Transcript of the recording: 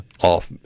off